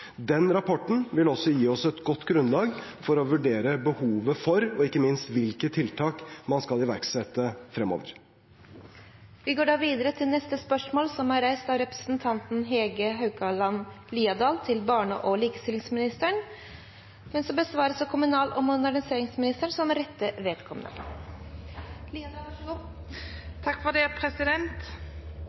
Den rapporten vil også gi oss et godt grunnlag for å vurdere behovet for og – ikke minst – hvilke tiltak man skal iverksette fremover. Dette spørsmålet, fra representanten Hege Haukeland Liadal til barne- og likestillingsministeren, vil bli besvart av kommunal- og moderniseringsministeren som rette vedkommende.